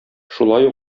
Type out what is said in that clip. шулай